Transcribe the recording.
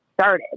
started